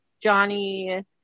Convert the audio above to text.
johnny